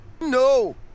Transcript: No